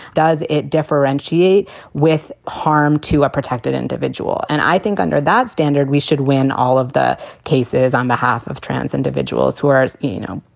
does it differentiate with harm to a protected individual? and i think under that standard, we should win all of the cases on behalf of trans individuals who are, as you know,